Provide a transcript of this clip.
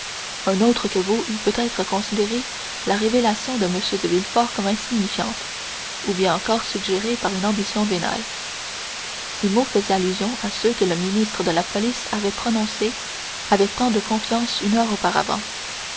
un autre que vous eût peut-être considéré la révélation de m de villefort comme insignifiante ou bien encore suggérée par une ambition vénale ces mots faisaient allusion à ceux que le ministre de la police avait prononcés avec tant de confiance une heure auparavant